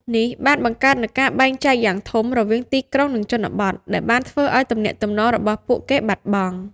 នេះបានបង្កើតនូវការបែងចែកយ៉ាងធំរវាងទីក្រុងនិងជនបទ ដែលបានធ្វើឲ្យទំនាក់ទំនងរបស់ពួកគេបាត់បង់។